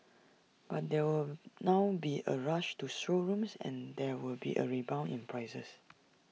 but there will now be A rush to showrooms and there will be A rebound in prices